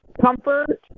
comfort